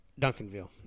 Duncanville